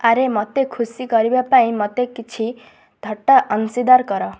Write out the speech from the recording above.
ଆରେ ମୋତେ ଖୁସି କରିବା ପାଇଁ ମୋତେ କିଛି ଥଟ୍ଟା ଅଂଶୀଦାର କର